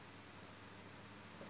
starting in a